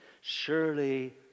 Surely